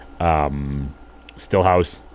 Stillhouse